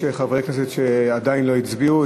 האם יש חברי כנסת שעדיין לא הצביעו?